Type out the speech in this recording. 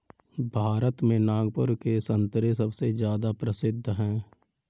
भारत में नागपुर के संतरे सबसे ज्यादा प्रसिद्ध हैं